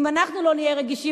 אם אנחנו לא נהיה רגישים,